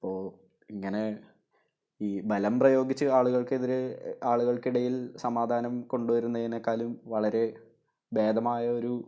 അപ്പോൾ ഇങ്ങനെ ഈ ബലം പ്രയോഗിച്ച് ആളുകൾക്ക് എതിരെ ആളുകൾക്ക് ഇടയിൽ സമാധാനം കൊണ്ട് വരുന്നതിനേക്കാളും വളരെ ഭേദമായൊരു